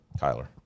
Kyler